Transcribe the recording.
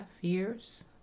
years